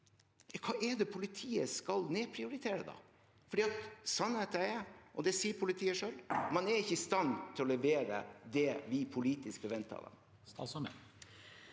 hva er det politiet skal nedprioritere da? Sannheten er – og det sier politiet selv – at de ikke er i stand til å levere det vi politisk forventer av dem.